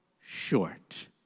short